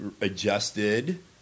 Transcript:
adjusted